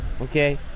okay